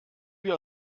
wir